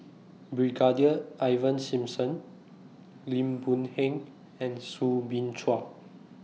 Brigadier Ivan Simson Lim Boon Heng and Soo Bin Chua